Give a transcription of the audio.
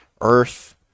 earth